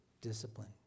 Discipline